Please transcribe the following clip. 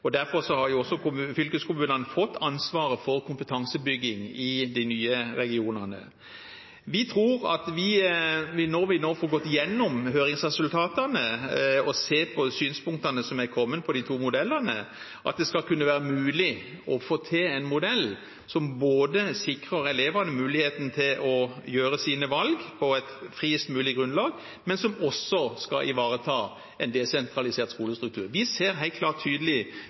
og derfor har fylkeskommunene fått ansvaret for kompetansebygging i de nye regionene. Vi tror at når vi får gått gjennom høringsresultatene og sett på synspunktene som er kommet på de to modellene, skal det være mulig å få til en modell som sikrer elevene muligheten til å gjøre sine valg på et friest mulig grunnlag, og som også skal ivareta en desentralisert skolestruktur. Vi ser helt klart og tydelig